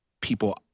people